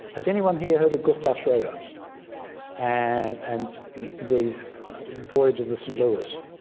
has anyone here heard of gustav schroder and the voyage of the st louis?